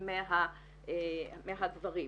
מהגברים.